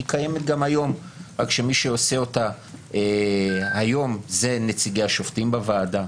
היא קיימת גם היום אלא שמי שעושה אותה היום אלה נציגי השופטים בוועדה.